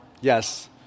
yes